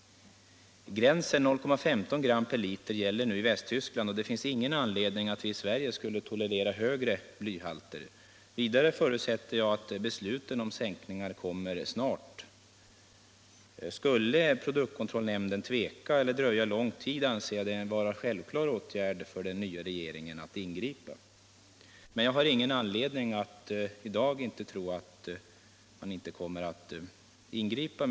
Gränsen 0,15 g/l gäller nu i Västtyskland, och det finns ingen anledning att vi i Sverige skulle tolerera högre blyhalter. Vidare förutsätter jag att beslutet om sänkning kommer snart. Skulle produktkontrollnämnden tveka eller dröja alltför lång tid anser jag det vara en självklar åtgärd för den nya regeringen att ingripa. Efter de uttalanden som har gjorts har jag i dag ingen anledning att tro något annat än att man kommer att ingripa.